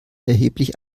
erheblich